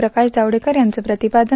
प्रकाश जावडेकर यांचं प्रतिपादन